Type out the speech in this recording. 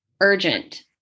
urgent